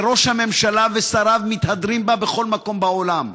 וראש הממשלה ושריו מתהדרים בה בכל מקום בעולם.